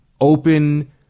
open